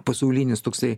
pasaulinis toksai